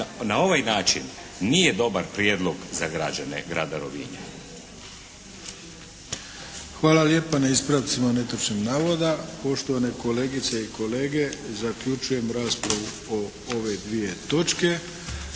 na ovaj način nije dobar prijedlog za građane grada Rovinja. **Arlović, Mato (SDP)** Hvala lijepa na ispravcima netočnih navoda. Poštovane kolegice i kolege zaključujem raspravu o ove dvije točke.